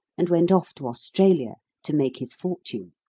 and went off to australia to make his fortune.